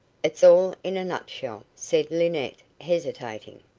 it's all in a nutshell, said linnett, hesitating.